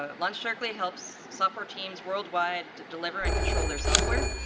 ah launchdarkly helps software teams worldwide deliver and control their software.